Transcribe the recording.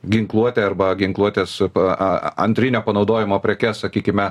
ginkluotę arba ginkluotę su pa a antrinio panaudojimo prekes sakykime